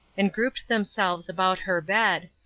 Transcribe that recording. and grouped themselves about her bed,